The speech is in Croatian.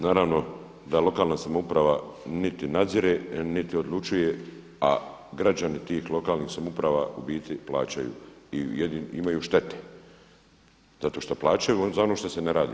Naravno da lokalna samouprava niti nadzire, niti odlučuju a građani tih lokalnih samouprava u biti plaćaju i imaju štete zato što plaćaju za ono što se ne radi.